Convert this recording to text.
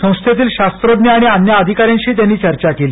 संस्थेतील शास्त्रद्न्य आणि अन्य अधिकाऱ्यांशीही त्यांनी चर्चा केली